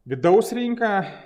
vidaus rinką